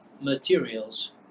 materials